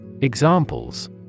Examples